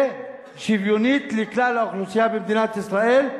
שוויונית לכלל האוכלוסייה במדינת ישראל,